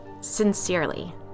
Sincerely